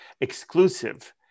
exclusive